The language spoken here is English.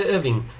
Irving